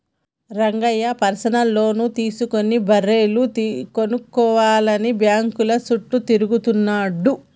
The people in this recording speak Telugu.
రంగయ్య పర్సనల్ లోన్ తీసుకుని బర్రెలు కొనుక్కోవాలని బ్యాంకుల చుట్టూ తిరుగుతున్నాడు